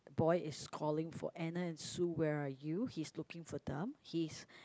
boy is calling for Anna and Sue where are you he's looking for them he's